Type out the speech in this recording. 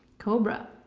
cobra.